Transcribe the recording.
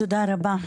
תודה רבה.